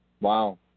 Wow